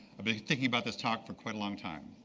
been thinking about this talk for quite a long time.